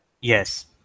Yes